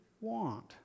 want